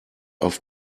auf